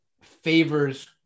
favors